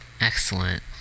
Excellent